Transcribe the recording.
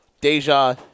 Deja